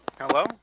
Hello